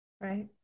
Right